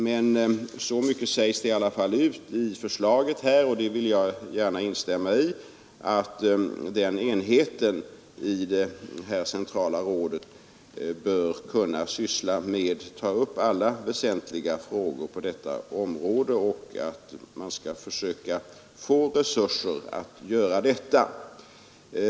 Men så mycket sägs i alla fall ut i förslaget — och det vill jag gärna instämma i — att den 127 enheten i det här centrala rådet bör kunna ta upp alla väsentliga frågor på detta område och att man skall försöka få resurser att göra detta.